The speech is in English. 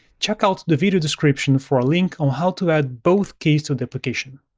check out the video description for a link on how to add both keys to the application.